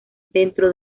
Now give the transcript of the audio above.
dentro